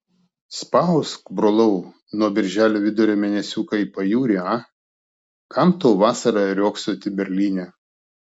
spausk brolau nuo birželio vidurio mėnesiuką į pajūrį a kam tau vasarą riogsoti berlyne